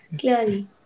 clearly